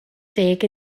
ddeg